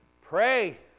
pray